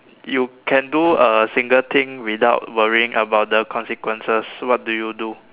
you can do a single thing without worrying about the consequences what do you do